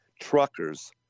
truckers